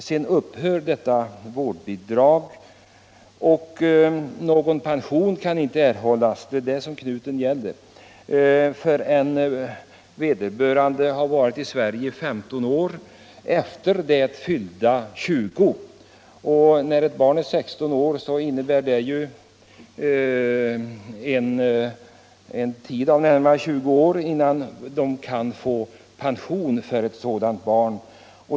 Sedan upphör detta bidrag och någon pension kan inte erhållas — det är här knuten ligger — förrän vederbörande har varit i Sverige i 15 år efter fyllda 20. Efter det barnet fyllt sexton år kan man alltså få vänta i närmare tjugo år på att få pension för ett sådant barn.